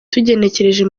tugenekereje